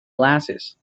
glasses